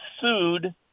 sued